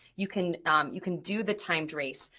you can you can do the timed race,